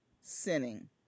sinning